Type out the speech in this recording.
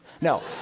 No